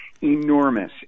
enormous